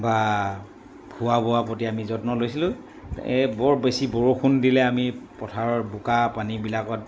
বা খোৱা বোৱাৰ প্ৰতি আমি যত্ন লৈছিলোঁ এই বৰ বেছি বৰষুণ দিলে আমি পথাৰৰ বোকা পানীবিলাকত